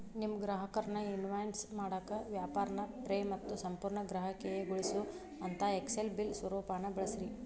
ನಿಮ್ಮ ಗ್ರಾಹಕರ್ನ ಇನ್ವಾಯ್ಸ್ ಮಾಡಾಕ ವ್ಯಾಪಾರ್ನ ಫ್ರೇ ಮತ್ತು ಸಂಪೂರ್ಣ ಗ್ರಾಹಕೇಯಗೊಳಿಸೊಅಂತಾ ಎಕ್ಸೆಲ್ ಬಿಲ್ ಸ್ವರೂಪಾನ ಬಳಸ್ರಿ